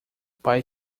pai